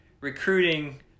recruiting